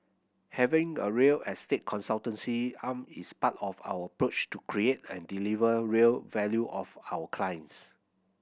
having a real estate consultancy arm is part of our approach to create and deliver real value of our clients